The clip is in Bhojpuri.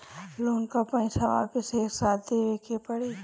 लोन का पईसा वापिस एक साथ देबेके पड़ी?